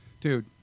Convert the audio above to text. Dude